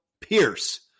Pierce